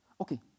Okay